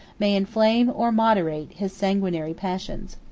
may inflame, or moderate, his sanguinary passions.